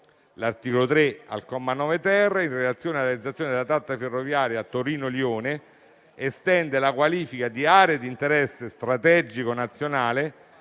All'articolo 3, il comma 9-*ter*, in relazione alla realizzazione della tratta ferroviaria Torino-Lione, estende la qualifica di aree di interesse strategico nazionale